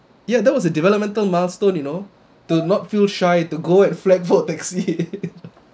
ya that was a developmental milestone you know do not feel shy to go and flag for a taxi